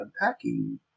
unpacking